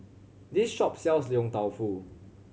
this shop sells Yong Tau Foo